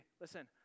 listen